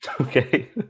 Okay